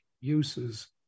uses